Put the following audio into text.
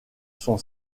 son